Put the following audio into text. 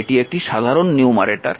এটি একটি সাধারণ নিউমারেটর